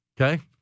okay